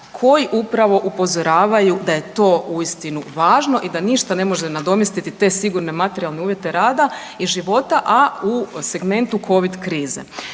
koji upravo upozoravaju da je to uistinu važno i da ništa ne može nadomjestiti te sigurne materijalne uvjete rada i života, a u segmentu covid krize.